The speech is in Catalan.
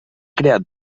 creat